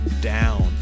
down